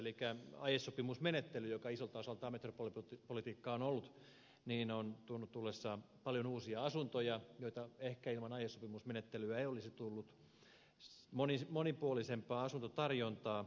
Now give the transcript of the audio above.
eli aiesopimusmenettely joka isolta osaltaan metropolipolitiikkaa on ollut on tuonut tullessaan paljon uusia asuntoja joita ehkä ilman aiesopimusmenettelyä ei olisi tullut monipuolisempaa asuntotarjontaa